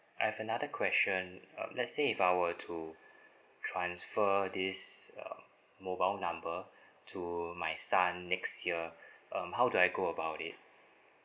I've another question um let's say if I were to transfer this uh mobile number to my son next year um how do I go about it